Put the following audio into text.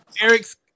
Eric's